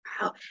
wow